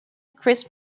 chris